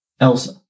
Elsa